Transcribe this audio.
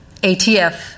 ATF